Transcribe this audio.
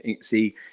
see